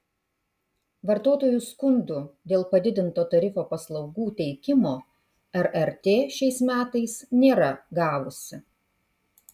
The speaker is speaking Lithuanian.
vartotojų skundų dėl padidinto tarifo paslaugų teikimo rrt šiais metais nėra gavusi